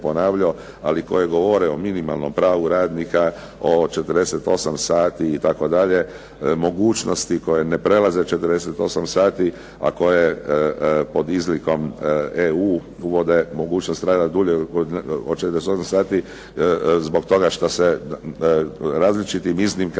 ali koje govore o minimalnom pravu radnika, o 48 sati itd., mogućnosti koje ne prelaze 48 sati, a koje pod izlikom EU uvode mogućnost rada duljeg od 48 sati, zbog toga što se različitim iznimkama